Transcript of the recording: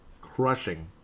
crushing